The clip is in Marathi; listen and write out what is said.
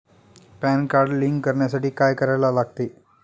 पॅन कार्ड लिंक करण्यासाठी काय करायला लागते?